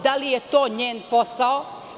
Da li je to njegovo posao?